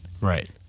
Right